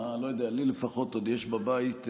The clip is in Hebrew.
לי לפחות עוד יש בבית,